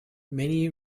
many